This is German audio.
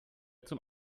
zum